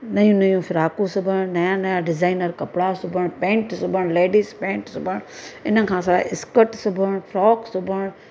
नयूं नयूं फ्राकूं सिबण नयां नयां डिज़ाइनर कपिड़ा सिबण पेंट सिबणु लेडिज पेंट सिबणु हिन खां सवाइ इस्कर्ट सिबणु फ्रॉक सिबणु